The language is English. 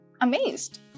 amazed